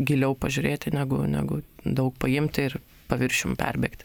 giliau pažiūrėti negu negu daug paimti ir paviršium perbėgti